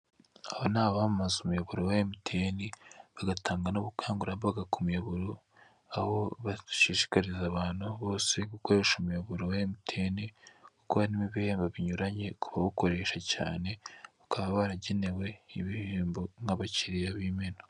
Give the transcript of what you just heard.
Aba ni abamamaza umuyoboro wa emutiyene bagatanga n'ubukangurambaga ku muyoboro wa aho bashishikariza abantu benshi gukoresha umuyoboro wa emutiyene, kuko harimo ibihembo binyuranye ku bawukoresha cyane kuko baba baragenewe ibihembo nk'abakiriya b'imena.